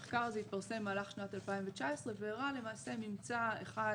המחקר הזה התפרסם במהלך שנת 2019 והראה ממצא אחד